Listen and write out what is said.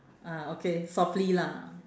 ah okay softly lah